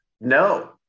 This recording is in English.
no